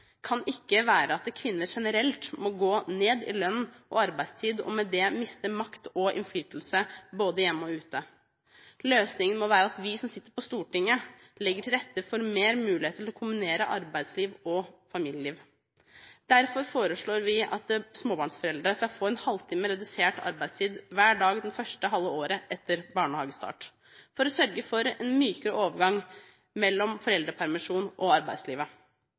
kan ikke være at kvinner generelt må gå ned i lønn og arbeidstid – og med det miste makt og innflytelse både hjemme og ute. Løsningen må være at vi som sitter på Stortinget, legger til rette for økt mulighet til å kombinere arbeidsliv og familieliv. Derfor foreslår vi at småbarnsforeldre skal få en halvtime redusert arbeidstid hver dag det første halve året etter barnehagestart, for å sørge for en mykere overgang mellom foreldrepermisjon og arbeidslivet.